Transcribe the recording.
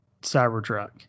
Cybertruck